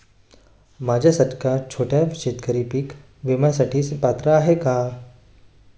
माझ्यासारखा छोटा शेतकरी पीक विम्यासाठी पात्र आहे का?